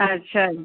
अच्छा जी